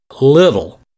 little